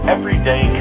Everyday